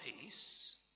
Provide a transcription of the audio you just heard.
peace